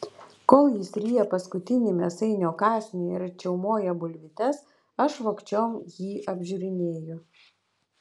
kol jis ryja paskutinį mėsainio kąsnį ir čiaumoja bulvytes aš vogčiom jį apžiūrinėju